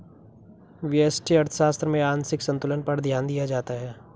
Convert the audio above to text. व्यष्टि अर्थशास्त्र में आंशिक संतुलन पर ध्यान दिया जाता है